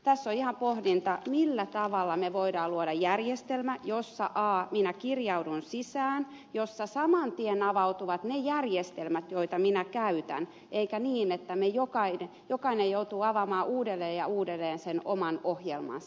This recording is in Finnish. tässä on ihan pohdittava millä tavalla me voimme luoda järjestelmän jossa minä kirjaudun sisään ja jossa saman tien avautuvat ne järjestelmät joita minä käytän eikä niin että jokainen joutuu avaamaan uudelleen ja uudelleen sen oman ohjelmansa